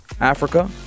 Africa